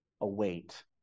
await